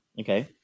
Okay